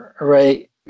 right